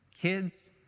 kids